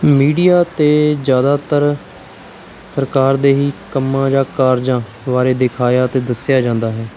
media 'ਤੇ ਜ਼ਿਆਦਾਤਰ ਸਰਕਾਰ ਦੇ ਹੀ ਕੰਮਾਂ ਜਾਂ ਕਾਰਜਾਂ ਬਾਰੇ ਦਿਖਾਇਆ ਅਤੇ ਦੱਸਿਆ ਜਾਂਦਾ ਹੈ